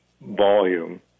volume